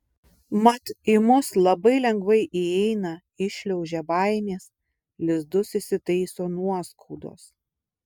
mat į mus labai lengvai įeina įšliaužia baimės lizdus įsitaiso nuoskaudos